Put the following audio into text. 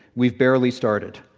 we've barely started.